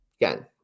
again